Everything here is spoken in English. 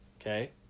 Okay